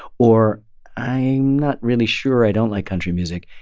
or i'm not really sure i don't like country music.